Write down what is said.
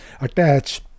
attach